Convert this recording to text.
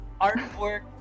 artwork